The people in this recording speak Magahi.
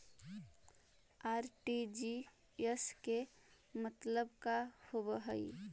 आर.टी.जी.एस के मतलब का होव हई?